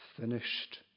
finished